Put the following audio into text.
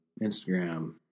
Instagram